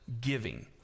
giving